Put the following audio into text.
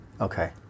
Okay